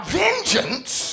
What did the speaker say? vengeance